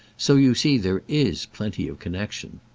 so you see there is plenty of connexion.